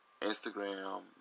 Instagram